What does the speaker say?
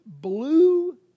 blue